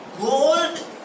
gold